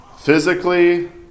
physically